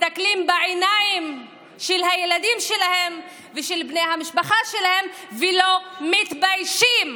מסתכלים בעיניים של הילדים שלהם ושל בני המשפחה שלהם ולא מתביישים.